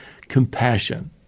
compassion